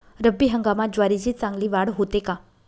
रब्बी हंगामात ज्वारीची चांगली वाढ होते का?